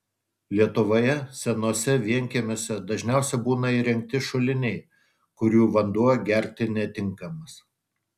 lietuvoje senuose vienkiemiuose dažniausia būna įrengti šuliniai kurių vanduo gerti netinkamas